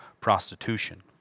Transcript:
prostitution